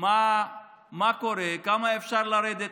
ממה שקורה, מכמה אפשר לרדת,